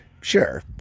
Sure